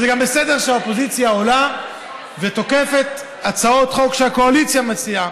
זה גם בסדר שהאופוזיציה עולה ותוקפת הצעות חוק שהקואליציה מציעה,